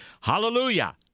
Hallelujah